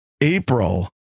april